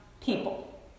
people